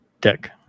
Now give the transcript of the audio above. Dick